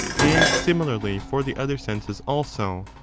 and similarly for the other senses also,